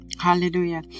Hallelujah